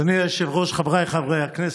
אדוני היושב-ראש, חבריי חברי הכנסת,